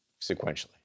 sequentially